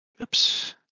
Oops